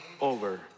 over